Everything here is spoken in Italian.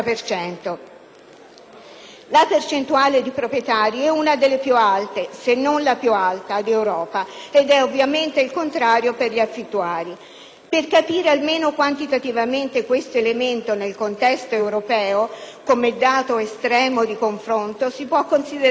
La percentuale di proprietari è una delle più alte - se non la più alta - d'Europa ed è ovviamente il contrario per gli affittuari. Per capire, almeno quantitativamente, questo elemento nel contesto europeo, come dato estremo di confronto si può considerare la Svizzera,